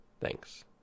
Thanks